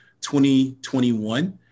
2021